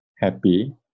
happy